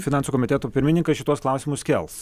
finansų komiteto pirmininkas šituos klausimus kels